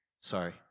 sorry